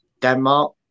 Denmark